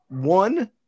One